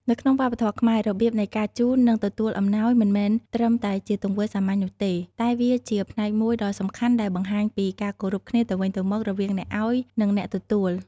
នៅក្នុងវប្បធម៌ខ្មែរ របៀបនៃការជូន និងទទួលអំណោយមិនមែនត្រឹមតែជាទង្វើសាមញ្ញនោះទេ តែវាជាផ្នែកមួយដ៏សំខាន់ដែលបង្ហាញពីការគោរពគ្នាទៅវិញទៅមក រវាងអ្នកឲ្យ និងអ្នកទទួល។